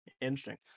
Interesting